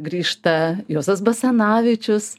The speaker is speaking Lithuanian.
grįžta juozas basanavičius